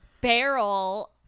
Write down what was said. barrel